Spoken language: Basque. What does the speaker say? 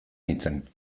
nintzen